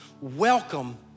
Welcome